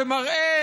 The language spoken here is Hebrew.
שמראה